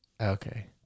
Okay